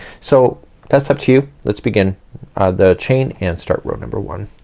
so that's up to you. let's begin the chain and start row number one.